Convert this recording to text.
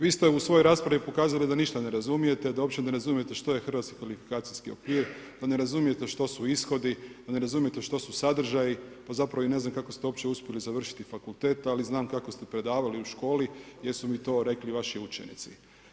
Vi ste u svojo raspravi pokazali da ništa ne razumijete, da uopće ne razumijete što je Hrvatski kvalifikacijski okvir, da ne razumijete, što su ishodi, ne razumijete što su sadržaji, pa zapravo i ne znam kako ste uopće uspjeli završiti fakultet, ali znam kako ste predavali u školi, gdje su mi to rekli vaši učenici.